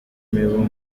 imibu